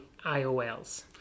IOLs